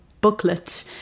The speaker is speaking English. booklet